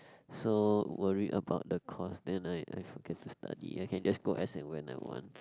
so worry about the cost then I I focus to study I can just go as and when I want